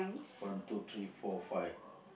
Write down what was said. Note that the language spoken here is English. one two three four five